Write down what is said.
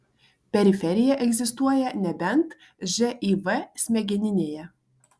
periferija egzistuoja nebent živ smegeninėje